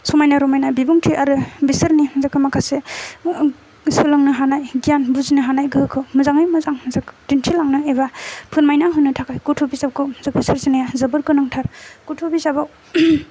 समायना रमायना बिबुंथि आरो बिसोरनि जेखौ माखासे सोलोंनो हानाय गियान बुजिनो हानाय गोहोखौ मोजाङै मोजां दिन्थिलांनो एबा फोरमायना होनो थाखाय गथ' बिजाबखौ बे सोरजिनाया जोबोर गोनांथार गथ' बिजाबाव